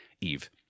Eve